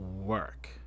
work